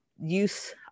use